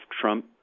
Trump